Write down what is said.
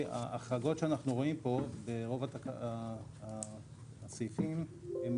ההחרגות שאנחנו רואים פה ברוב הסעיפים הן